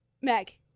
Meg